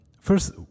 First